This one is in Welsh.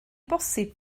bosib